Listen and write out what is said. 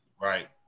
Right